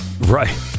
Right